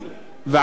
על כן,